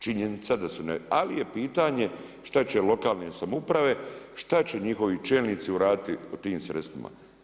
Činjenica da su, ali je pitanje šta će lokalne samouprave, šta će njihovi čelnici uraditi u tim sredstvima.